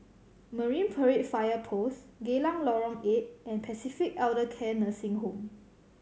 Marine Parade Fire Post Geylang Lorong Eight and Pacific Elder Care Nursing Home